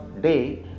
day